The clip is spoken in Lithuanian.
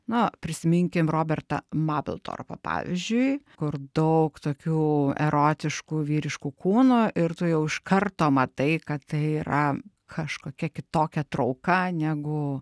na prisiminkime robertą mapiltorpą pavyzdžiui kur daug tokių erotiškų vyriškų kūnų ir tu jau iš karto matai kad tai yra kažkokia kitokia trauka negu